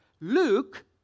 Luke